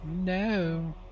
no